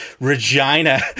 Regina